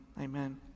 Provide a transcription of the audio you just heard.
Amen